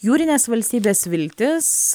jūrinės valstybės viltis